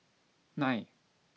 nine